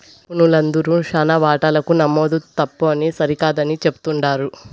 నిపుణులందరూ శానా వాటాలకు నమోదు తప్పుని సరికాదని చెప్తుండారు